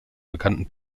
bekannten